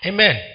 Amen